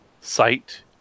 site